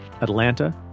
Atlanta